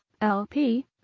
LP